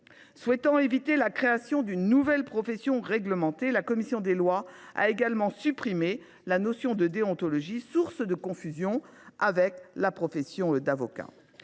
Souhaitant éviter la création d’une nouvelle profession réglementée, la commission des lois a également supprimé du texte la notion de déontologie, source de confusion avec la profession d’avocat.